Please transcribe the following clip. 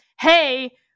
hey